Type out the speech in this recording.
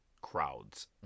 crowds